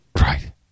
Right